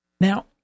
Now